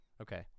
Okay